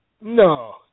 No